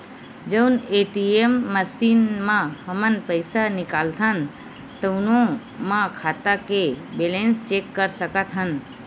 जउन ATM machine म हमन पइसा निकालथन तउनो म खाता के बेलेंस चेक कर सकत हन